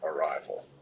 arrival